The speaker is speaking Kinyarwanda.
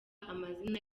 amazina